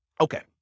okay